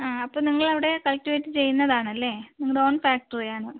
ആ അപ്പം നിങ്ങളവിടെ കൾട്ടിവേറ്റ് ചെയ്യുന്നതാണല്ലേ നിങ്ങളുടെ ഓൺ ഫാക്ടറി ആണ്